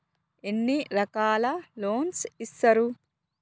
ఎన్ని రకాల లోన్స్ ఇస్తరు?